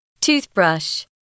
Toothbrush